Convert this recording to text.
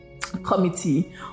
committee